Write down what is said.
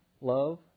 Love